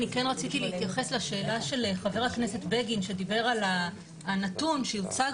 רציתי להתייחס לשאלה של חבר הכנסת בגין שדיבר על הנתון שיוצג